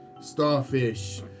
Starfish